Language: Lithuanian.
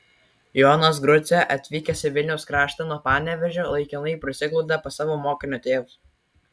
jonas grucė atvykęs į vilniaus kraštą nuo panevėžio laikinai prisiglaudė pas savo mokinio tėvus